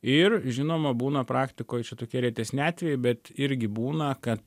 ir žinoma būna praktikoj čia tokie retesni atvejai bet irgi būna kad